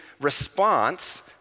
response